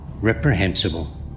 reprehensible